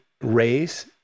raise